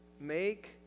Make